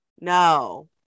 no